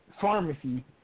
Pharmacy